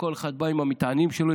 וכל אחד בא עם המטענים שלו,